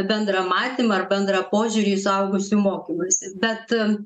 bendrą matymą ar bendrą požiūrį į suaugusiųjų mokymąsi bet